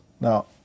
Now